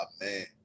man